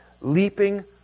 leaping